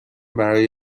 برای